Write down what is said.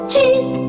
Cheese